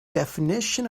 definition